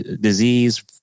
disease